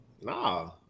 nah